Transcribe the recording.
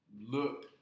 look